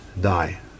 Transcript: die